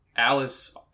Alice